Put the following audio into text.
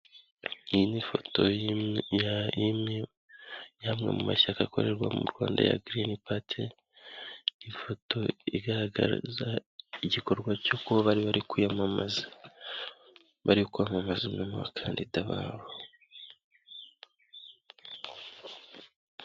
Iyi ni ifoto y'amwe mu mashyaka akorerwa mu Rwanda ya girini pati, ifoto igaragaza igikorwa cyo kuba bari bari kwiyamamaza, bari kwamamaza umwe mu bakandida babo.